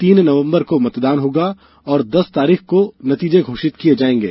तीन नवंबर को मतदान होगा और दस तारीख को नतीजे घोषित किये जायेंगे